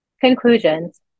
Conclusions